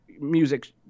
music